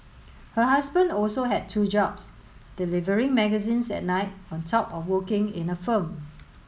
her husband also had two jobs delivering magazines at night on top of working in a firm